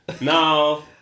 Now